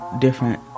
different